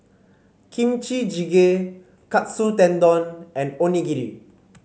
Kimchi Jjigae Katsu Tendon and Onigiri